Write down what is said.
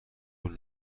وول